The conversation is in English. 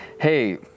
Hey